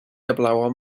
heblaw